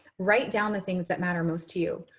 write down the things that matter most to you.